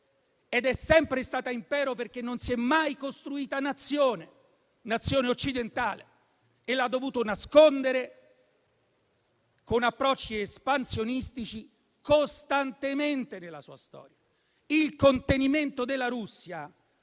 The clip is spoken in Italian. ed è sempre stata tale perché non si è mai costruita Nazione nel senso occidentale, e l'ha dovuto nascondere con approcci espansionistici costantemente nella sua storia. Il contenimento della Russia